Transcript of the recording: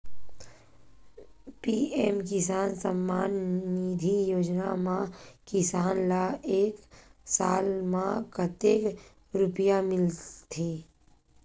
PM Kisan Samman Nidhi योजना म किसान ल एक साल म कतेक रुपिया मिलथे?